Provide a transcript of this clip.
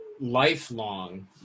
lifelong